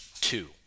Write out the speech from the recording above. two